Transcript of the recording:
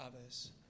others